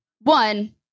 One